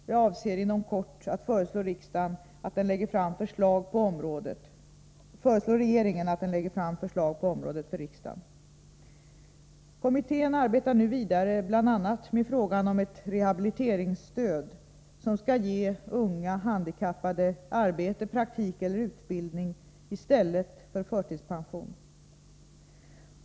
Jag avser inom kort att föreslå regeringen att den lägger fram förslag på området för riksdagen. Kommittén arbetar nu vidare bl.a. med frågan om ett rehabiliteringsstöd, som skall ge unga handikappade arbete, praktik eller utbildning i stället för förtidspension.